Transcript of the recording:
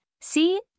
See